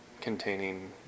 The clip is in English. containing